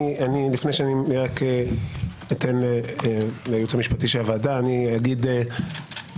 לפני שאתן לייעוץ המשפטי של הוועדה את רשות הדיבור